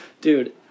dude